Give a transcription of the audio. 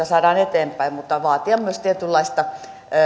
saadaan eteenpäin mutta vaatia myös tietynlaista